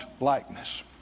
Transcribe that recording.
likeness